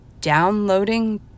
downloading